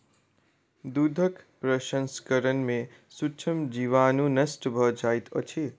दूधक प्रसंस्करण में सूक्ष्म जीवाणु नष्ट भ जाइत अछि